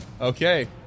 Okay